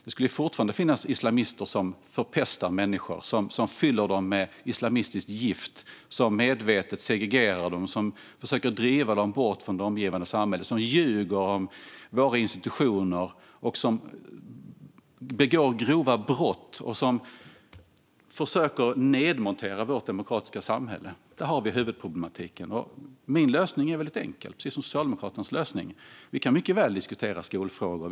Det skulle fortfarande finnas islamister som förpestar människor, fyller dem med islamistiskt gift, medvetet segregerar dem, försöker driva dem bort från det omgivande samhället, ljuger om våra institutioner, begår grova brott och försöker nedmontera vårt demokratiska samhälle. Där har vi huvudproblematiken. Min lösning är väldigt enkel, precis som Socialdemokraternas. Vi kan mycket väl diskutera skolfrågor.